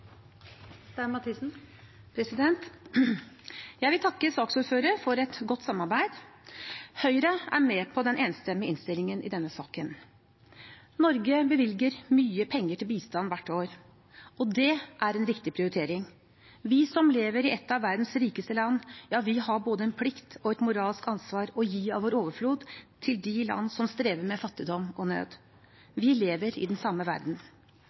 med på den enstemmige innstillingen i denne saken. Norge bevilger mye penger til bistand hvert år, og det er en riktig prioritering. Vi som lever i et av verdens rikeste land, har både en plikt til og et moralsk ansvar for å gi av vår overflod til de land som strever med fattigdom og nød. Vi lever i den samme verden.